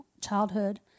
childhood